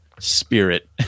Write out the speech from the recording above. Spirit